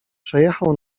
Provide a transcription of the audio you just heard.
przejechał